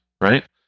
right